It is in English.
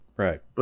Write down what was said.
Right